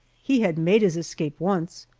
he had made his escape once,